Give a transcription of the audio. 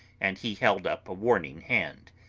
and he held up a warning hand.